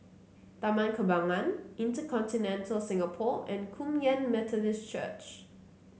Taman Kembangan InterContinental Singapore and Kum Yan Methodist Church